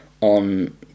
on